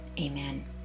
amen